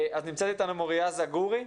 נמצאת איתנו מוריה זגורי.